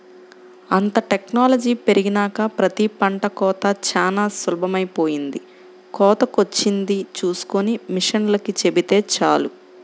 అంతా టెక్నాలజీ పెరిగినాక ప్రతి పంట కోతా చానా సులభమైపొయ్యింది, కోతకొచ్చింది చూస్కొని మిషనోల్లకి చెబితే చాలు